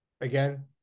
Again